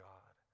God